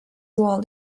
wall